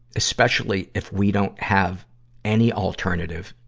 especially if we don't have any alternative,